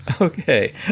okay